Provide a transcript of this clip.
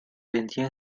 vendió